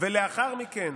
ולאחר מכן